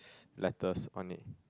letters on it